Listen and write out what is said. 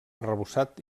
arrebossat